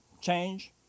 change